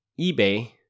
eBay